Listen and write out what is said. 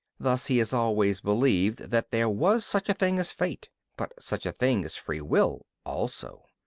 thus he has always believed that there was such a thing as fate, but such a thing as free will also.